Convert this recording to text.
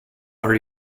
are